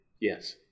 yes